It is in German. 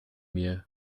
mir